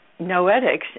noetics